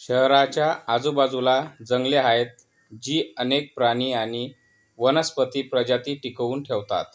शहराच्या आजूबाजूला जंगले आहेत जी अनेक प्राणी आणि वनस्पती प्रजाती टिकवून ठेवतात